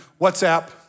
WhatsApp